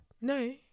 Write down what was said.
No